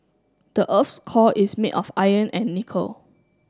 the earth's core is made of iron and nickel